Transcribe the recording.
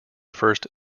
first